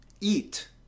eat